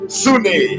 sune